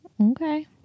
Okay